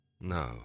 No